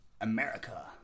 America